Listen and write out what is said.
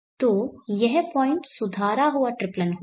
तो यह पॉइंट सुधारा हुआ ट्रिप्लन होगा